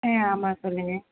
ஆ ஆமாம் சொல்லுங்க